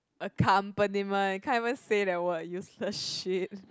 accompaniment you can't even say that word useless shit